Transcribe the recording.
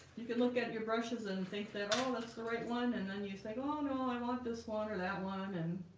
you can look at your brushes and think that oh that's the right one and then you think oh, no, i want this one or that one and